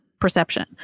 perception